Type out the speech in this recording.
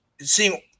seeing